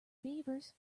fevers